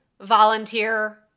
volunteer